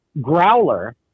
Growler